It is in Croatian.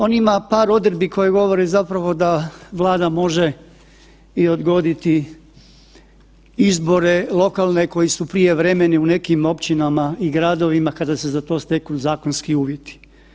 On ima par odredbi koje govore zapravo da Vlada može i odgoditi izbore lokalne koji su prijevremeni u nekim općinama i gradovima kada se za to steknu zakonski uvjeti.